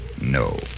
No